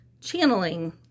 channeling